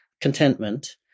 contentment